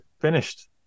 finished